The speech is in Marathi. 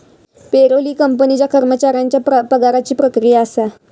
पेरोल ही कंपनीच्या कर्मचाऱ्यांच्या पगाराची प्रक्रिया असा